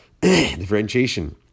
differentiation